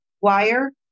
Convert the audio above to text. wire